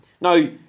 Now